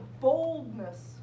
boldness